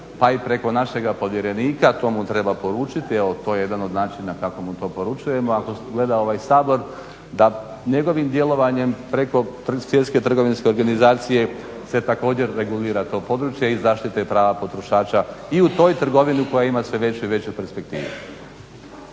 a i preko našega povjerenika, to mu treba poručiti, evo to je jedan od načina kako mu to poručujemo ako gleda ovaj Sabor, da njegovim djelovanjem preko … trgovinske organizacije se također regulira to područje i zaštite i prava potrošača i u toj trgovini koja ima sve veće i veće perspektive.